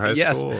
um yes.